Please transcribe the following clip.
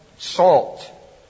Salt